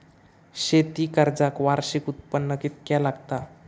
शेती कर्जाक वार्षिक उत्पन्न कितक्या लागता?